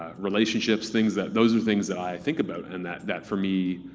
ah relationships, things that. those are things that i think about, and that that for me